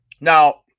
Now